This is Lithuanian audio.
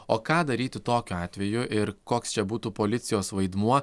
o ką daryti tokiu atveju ir koks čia būtų policijos vaidmuo